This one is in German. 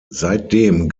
seitdem